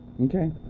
Okay